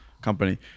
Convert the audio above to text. company